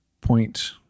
point